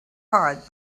heart